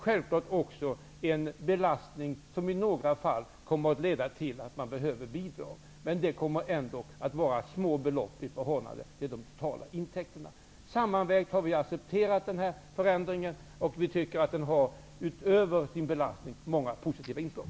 Självfallet kommer belastningen att i några fall betyda bidrag för några, men i förhållande till de totala intäkterna kommer beloppen att vara små. Allt detta sammanvägt, har vi accepterat förändringen och tycker att den, utöver den belastning som den innebär, har många positiva inslag.